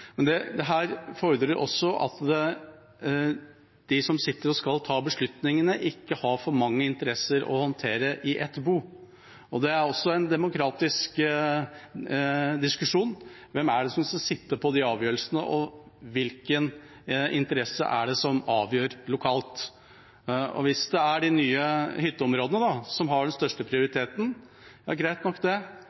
fordrer også at de som sitter og skal ta beslutningene, ikke har for mange interesser å håndtere i ett bo. Det er også en demokratisk diskusjon: Hvem er det som skal sitte på de avgjørelsene, og hvilke interesser er det som avgjør lokalt? Hvis det er de nye hytteområdene som har den største prioriteten – greit nok, det,